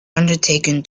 undertaken